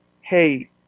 hey